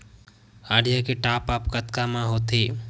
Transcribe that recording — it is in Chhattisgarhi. आईडिया के टॉप आप कतका म होथे?